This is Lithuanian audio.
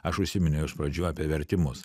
aš užsiminiau iš pradžių apie vertimus